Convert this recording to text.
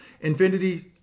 Infinity